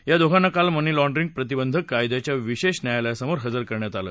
या दोघांना काल मनी लाँडरिंग प्रतिबंधक कायद्याच्या विशेष न्यायालयासमोर हजर करण्यात आलं